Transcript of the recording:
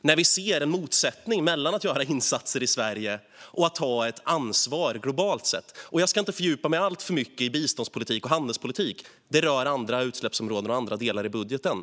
när vi ser en motsättning mellan att göra insatser i Sverige och att ha ett ansvar globalt. Jag ska inte fördjupa mig alltför mycket i biståndspolitik och handelspolitik. Det rör andra utsläppsområden och andra delar av budgeten.